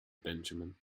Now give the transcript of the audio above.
benjamin